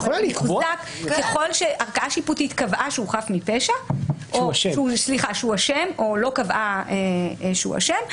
ככל שערכאה שיפוטית קבעה שהוא אשם או לא קבעה שהוא אשם,